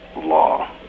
law